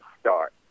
start